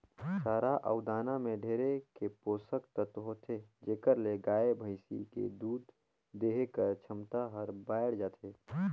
चारा अउ दाना में ढेरे के पोसक तत्व होथे जेखर ले गाय, भइसी के दूद देहे कर छमता हर बायड़ जाथे